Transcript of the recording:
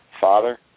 Father